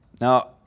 Now